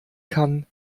kann